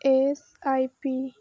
S I P